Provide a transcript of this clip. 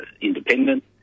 independent